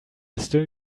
still